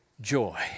joy